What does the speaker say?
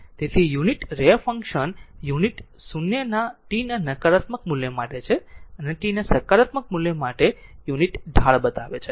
તેથી unit ramp function unit 0 ના t ના નકારાત્મક મૂલ્યો માટે છે અને tના સકારાત્મક મૂલ્યો માટે યુનિટ ઢાળ ધરાવે છે